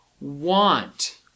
Want